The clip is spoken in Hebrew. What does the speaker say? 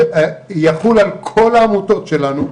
יחול על כל העמותות שלנו,